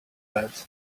bad